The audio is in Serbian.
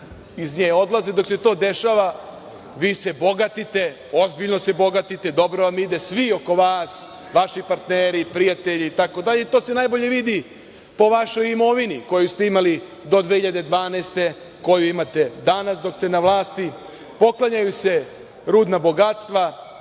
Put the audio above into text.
iz nje odlaze. Dok se to dešava, vi se bogatite, ozbiljno se bogatite, dobro vam ide, svi oko vas, vaši partneri, prijatelji, itd. To se najbolje vidi po vašoj imovini koju ste imali do 2012. godine, koju imate danas dok ste na vlasti. Poklanjaju se rudna bogatstva.Za